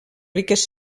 riques